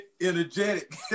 energetic